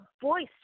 voice